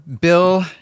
Bill